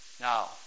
Now